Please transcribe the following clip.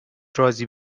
رازی